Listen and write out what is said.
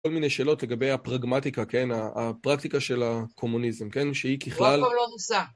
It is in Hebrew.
כל מיני שאלות לגבי הפרגמטיקה, כן? הפרקטיקה של הקומוניזם, כן? שהיא ככלל... זה אף פעם לא נוסה.